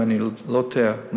אם אני לא טועה,